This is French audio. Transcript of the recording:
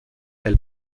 elle